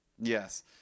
Yes